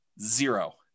Zero